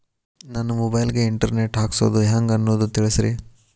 ನನ್ನ ಮೊಬೈಲ್ ಗೆ internet ಹಾಕ್ಸೋದು ಹೆಂಗ್ ಅನ್ನೋದು ತಿಳಸ್ರಿ